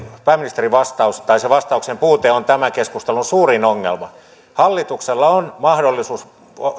pääministerin vastaus tai se vastauksen puute on tämän keskustelun suurin ongelma hallituksella on mahdollisuus